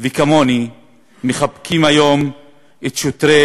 וכמוני מחבקים היום את שוטרי